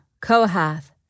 Kohath